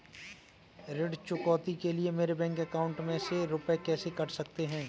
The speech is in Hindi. ऋण चुकौती के लिए मेरे बैंक अकाउंट में से रुपए कैसे कट सकते हैं?